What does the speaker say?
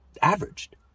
averaged